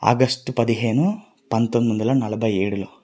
August పదిహేను పంతొమ్మిది వందల నలభై ఏడులో